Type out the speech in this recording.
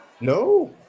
No